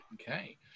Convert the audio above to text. Okay